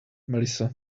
melissa